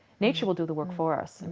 nature will do the work for us.